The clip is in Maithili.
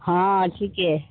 हँ ठीके